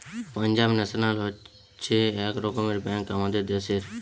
Punjab national হচ্ছে এক রকমের ব্যাঙ্ক আমাদের দ্যাশের